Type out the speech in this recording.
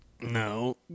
No